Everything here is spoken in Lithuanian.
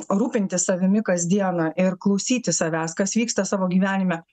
rūpintis savimi kas dieną ir klausyti savęs kas vyksta savo gyvenime